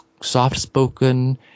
soft-spoken